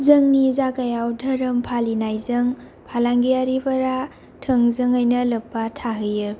जोंनि जायगायाव धोरोम फालिनायजों फालांगिफोरा थोंजोङैनो लोब्बा थाहैयो